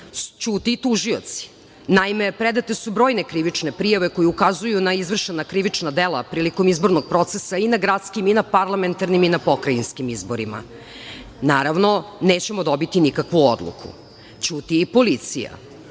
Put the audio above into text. Ćute i tužioci. Naime, predate su brojne krivične prijave koje ukazuju na izvršena krivična dela prilikom izbornog procesa i na gradskim i na parlamentarnim i na pokrajinskim izborima. Naravno, nećemo dobiti nikakvu odluku. Ćuti i policija.No,